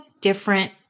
different